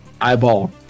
Eyeball